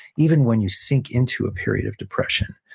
even when you sink into a period of depression,